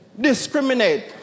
discriminate